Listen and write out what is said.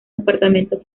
departamentos